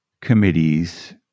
committees